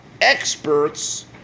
experts